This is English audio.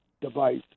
device